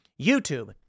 YouTube